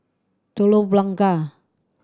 Telok Blangah